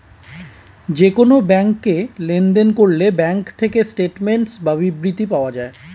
যে কোন ব্যাংকে লেনদেন করলে ব্যাঙ্ক থেকে স্টেটমেন্টস বা বিবৃতি পাওয়া যায়